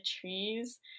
trees